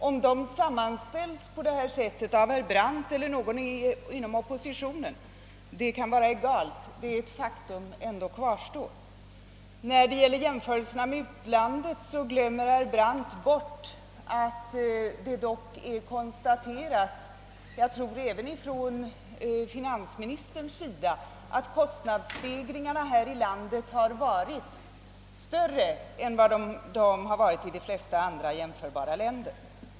Om de sammanställes på detta sätt av herr Brandt eller av någon inom oppositionen kan vara egalt, faktum kvarstår ändå. När det gäller jämförelserna med utlandet glömmer herr Brandt bort att det dock är konstaterat — jag tror även av finansministern — att kostnadsstegringarna här i landet varit större än i de flesta andra jämförbara länder.